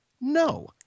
No